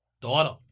Daughter